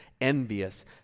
envious